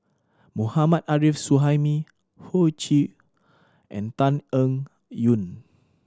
Mohammad Arif Suhaimi Hoey Choo and Tan Eng Yoon